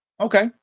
Okay